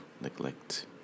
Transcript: neglect